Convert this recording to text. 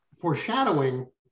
foreshadowing